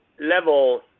level